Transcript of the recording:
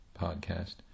podcast